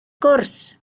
gwrs